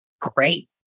great